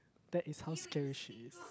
that is how scary she is